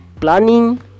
planning